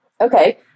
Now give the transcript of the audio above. Okay